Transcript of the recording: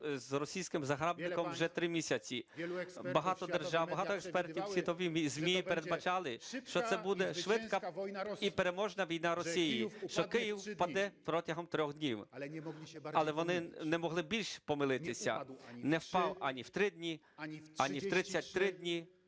багато експертів, світові ЗМІ передбачали, що це буде швидка і переможна війна Росії, що Київ впаде протягом трьох днів. Але вони не могли більше помилитися: не впав ані в три дні, ані в 33 дні,